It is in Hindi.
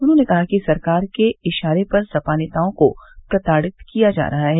उन्होंने कहा कि सरकार के इशारे पर सपा नेताओं को प्रताड़ित किया जा रहा है